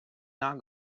not